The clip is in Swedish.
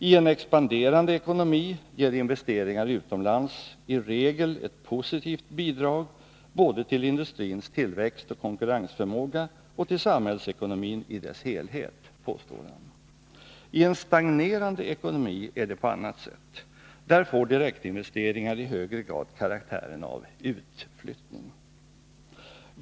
I en expanderande ekonomi ger investeringar utomlands i regel ett positivt bidrag både till industrins tillväxt och konkurrensförmåga och till samhällsekonomin i dess helhet, påstår han. I en stagnerande ekonomi är det på annat sätt. Där får direktinvesteringar i högre grad karaktären av ”utflyttning”.